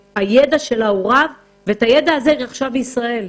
ואת כל הידע הרב היא רכשה בישראל.